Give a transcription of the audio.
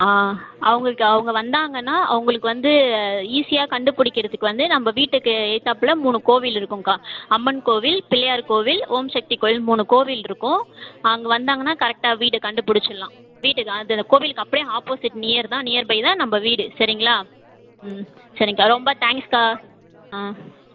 அவங்களுக்கு அவங்க வந்தாங்கன்னா அவங்களுக்கு வந்து ஈஸியாக கண்டுபிடிக்கிறதுக்கு வந்து நம்ம வீட்டுக்கு எதித்தாப்புல மூணு கோவில் இருக்கும்க்கா அம்மன் கோவில் பிள்ளையார் கோவில் ஓம் சக்தி கோயில் மூணு கோவில் இருக்கும் அங்கே வந்தாங்கன்னா கரெக்டாக வீடு கண்டுபிடிச்சுட்லாம் வீட்டுக்கு அந்த கோவிலுக்கு அப்படியே ஆப்போசிட் நியர் தான் நியர்பை தான் நம்ப வீடு சரிங்களா ம் சரிக்கா ரொம்ப தேங்க்ஸ்க்கா ஆ